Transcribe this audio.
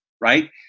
right